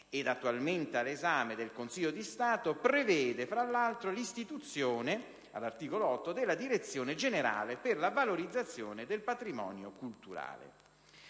ed attualmente all'esame del Consiglio di Stato, prevede, fra l'altro, l'istituzione, all'articolo 8, della Direzione generale per la valorizzazione del patrimonio culturale.